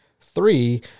Three